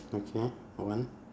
okay one